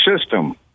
system